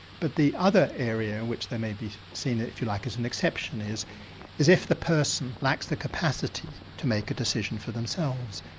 but the other area which may be seen if you like as an exception is is if the person lacks the capacity to make a decision for themselves.